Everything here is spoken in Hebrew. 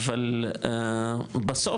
אבל בסוף,